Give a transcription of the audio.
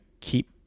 keep